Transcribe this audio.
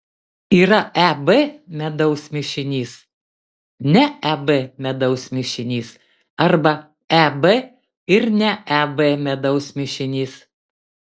yra eb medaus mišinys ne eb medaus mišinys arba eb ir ne eb medaus mišinys